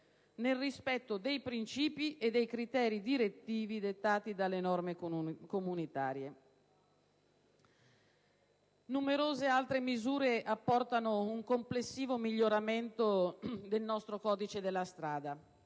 nel rispetto dei principi e dei criteri direttivi dettati dalle norme comunitarie. Numerose altre misure apportano un complessivo miglioramento del nostro codice della strada,